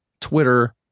Twitter